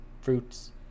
fruits